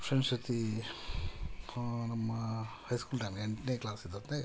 friends ಜೊತೆ ನಮ್ಮ ಹೈಸ್ಕೂಲ್ದಾಗೆ ಎಂಟನೆ ಕ್ಲಾಸಿದ್ದು ಹೊತ್ನ್ಯಾಗೆ